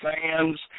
fans